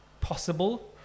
possible